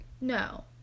No